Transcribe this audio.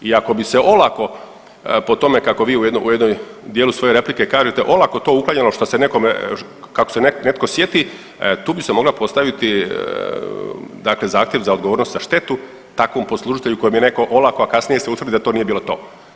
I ako bi se olako po tome kako vi u jednom dijelu svoje replike kažete olako to uklanjalo što se nekome, kako se netko sjeti tu bi se mogla postaviti dakle zahtjev za odgovornost za štetu takvom poslužitelju kojem je netko olako, a kasnije se utvrdi da to nije bilo to.